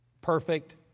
perfect